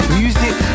music